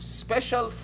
special